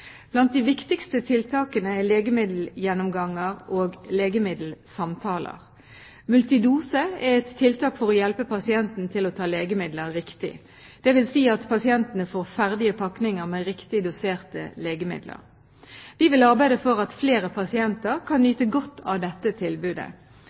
Blant de viktigste tiltakene er legemiddelgjennomganger og legemiddelsamtaler. Multidose er et tiltak for å hjelpe pasienten til å ta legemidler riktig, dvs. at pasientene får ferdige pakninger med riktig doserte legemidler. Vi vil arbeide for at flere pasienter kan